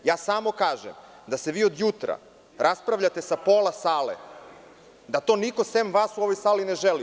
Samo kažem, vi se od jutros raspravljate sa pola sale, da to niko, sem vas, u ovoj sali ne želi.